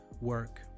work